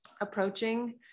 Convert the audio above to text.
approaching